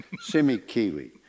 Semi-Kiwi